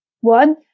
one